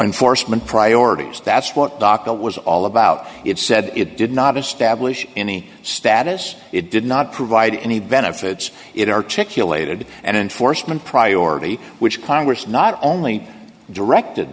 enforcement priorities that's what docket was all about it said it did not establish any status it did not provide any benefits it articulated and enforcement priority which congress not only directed